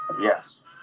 Yes